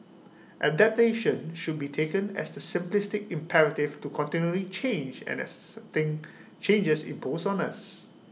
adaptation should be taken as the simplistic imperative to continually change and accepting changes imposed on us